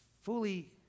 fully